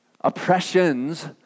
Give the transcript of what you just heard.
oppressions